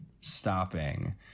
stopping